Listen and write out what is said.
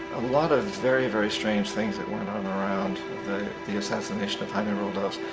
a lot of very-very strange things that went on around the assassination of jaime roldos.